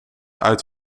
uit